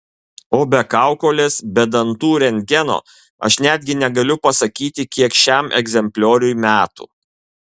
o be kaukolės be dantų rentgeno aš netgi negaliu pasakyti kiek šiam egzemplioriui metų